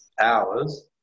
hours